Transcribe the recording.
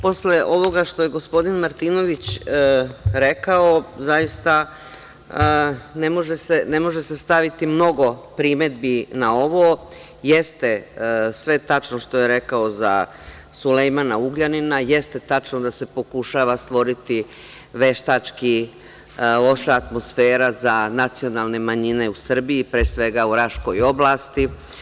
Posle ovoga što je gospodin Martinović rekao, zaista ne može se staviti mnogo primedbi na ovo, jer, jeste sve tačno što je rekao za Sulejmana Ugljanina, jeste tačno da se pokušava stvoriti veštački loša atmosfera za nacionalne manjine u Srbiji, pre svega u Raškoj oblasti.